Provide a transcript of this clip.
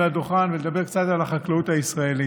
הדוכן ולדבר קצת על החקלאות הישראלית.